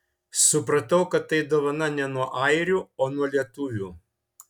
supratau kad tai dovana ne nuo airių o nuo lietuvių